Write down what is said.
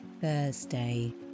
Thursday